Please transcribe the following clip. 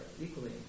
equally